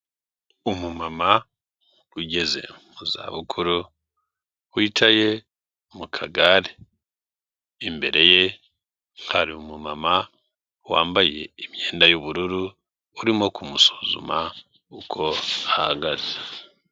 Umumama ugeze mu zabukuru wicaye mu kagare, imbere ye hari umumama wambaye imyenda y'ubururu, urimo kumusuzuma uko ahagaze.